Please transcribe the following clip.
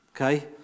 okay